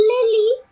Lily